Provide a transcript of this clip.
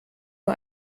nur